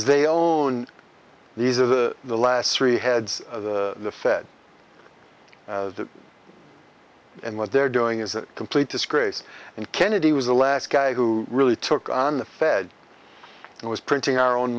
they own these are the last three heads of the fed and what they're doing is a complete disgrace and kennedy was the last guy who really took on the fed and was printing our own